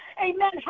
amen